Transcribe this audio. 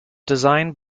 designed